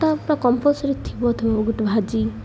ପୁରା କମ୍ପଲସରୀ ଥିବ ଥିବ ଗୋଟେ ଭାଜି